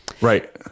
Right